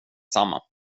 samma